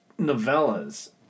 novellas